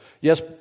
Yes